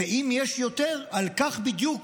ואם יש יותר, על כך בדיוק